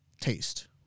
taste